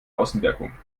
außenwirkung